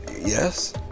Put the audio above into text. Yes